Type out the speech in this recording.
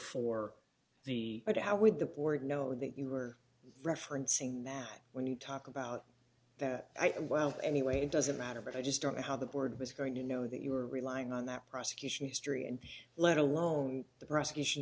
for the it how would the board know that you were referencing that when you talk about that item well anyway it doesn't matter but i just don't know how the board was going to know that you were relying on that prosecution history and let alone the prosecution